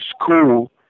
school